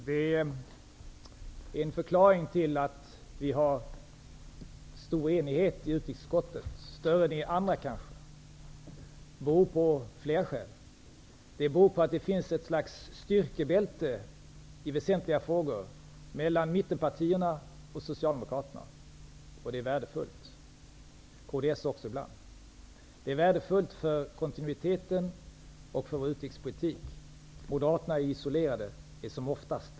Herr talman! Att det råder stor enighet i utrikesutskottet, större än i andra utskott kanske, beror på flera saker. Det finns ett slags styrkebälte i väsentliga frågor mellan mittenpartierna och Socialdemokraterna, och ibland också kds. Det är värdefullt. Det är värdefullt för kontinuiteten och för vår utrikespolitik. Moderaterna är isolerade, som oftast.